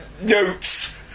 notes